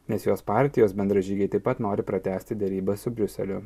nes jos partijos bendražygiai taip pat nori pratęsti derybas su briuseliu